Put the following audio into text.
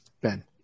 Ben